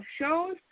shows